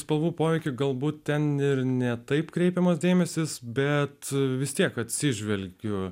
spalvų poveikį galbūt ten ir ne taip kreipiamas dėmesys bet vis tiek atsižvelgiu